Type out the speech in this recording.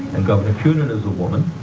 and governor kunin is a woman.